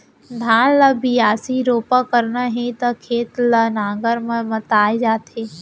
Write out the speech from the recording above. धान ल बियासी, रोपा करना हे त खेत ल नांगर म मताए जाथे